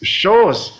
shows